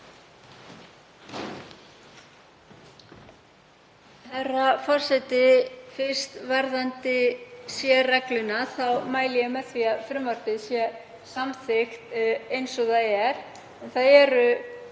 Herra forseti. Fyrst varðandi sérregluna þá mæli ég með því að frumvarpið sé samþykkt eins og það er. Það eru